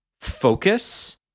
focus